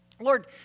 Lord